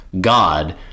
God